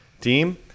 team